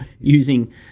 using